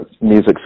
music